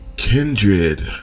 Kindred